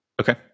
Okay